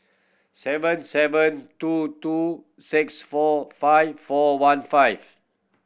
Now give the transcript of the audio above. seven seven two two six four five four one five